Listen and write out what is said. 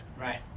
right